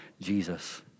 Jesus